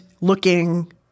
looking